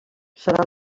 serà